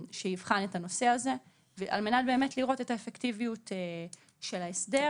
שיבחן את הנושא הזה על מנת לראות את האפקטיביות של ההסדר